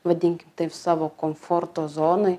vadinkim taip savo komforto zonoj